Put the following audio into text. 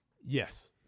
Yes